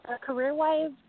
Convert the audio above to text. career-wise